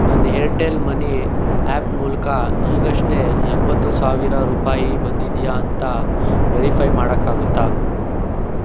ನನ್ನ Airtel money app ಮೂಲಕ ಈಗಷ್ಟೇ ಎಂಬತ್ತು ಸಾವಿರ ರೂಪಾಯಿ ಬಂದಿದೆಯಾ ಅಂತ ವೆರಿಫೈ ಮಾಡೋಕ್ಕಾಗುತ್ತಾ